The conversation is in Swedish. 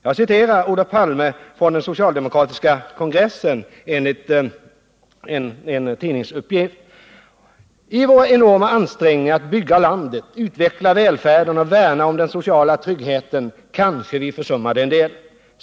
Jag citerar Olof Palme från socialdemokratiska kongressen : ”I våra enorma ansträngningar att bygga landet, utveckla välfärden, och värna om den sociala tryggheten kanske vi försummade en del.